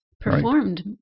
performed